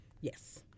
Yes